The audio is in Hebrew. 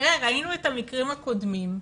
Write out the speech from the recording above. ראינו את המקרים הקודמים,